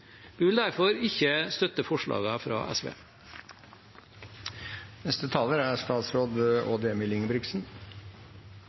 Vi vil derfor ikke støtte forslagene fra SV.